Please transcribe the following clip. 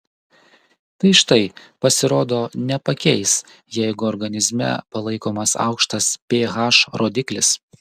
tai štai pasirodo nepakeis jeigu organizme palaikomas aukštas ph rodiklis